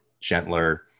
gentler